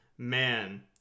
Man